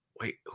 wait